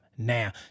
Now